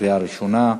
קריאה ראשונה.